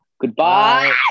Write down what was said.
Goodbye